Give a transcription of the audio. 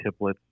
templates